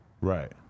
Right